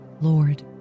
Lord